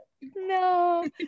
No